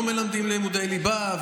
לא מלמדים לימודי ליבה,